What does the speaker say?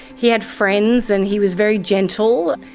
he had friends and he was very gentle.